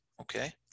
Okay